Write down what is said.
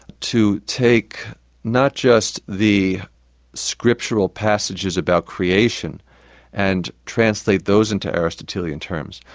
to take not just the scriptural passages about creation and translate those into aristotelian terms,